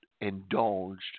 indulged